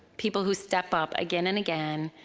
people who step up again and again,